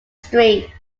street